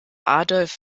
adolf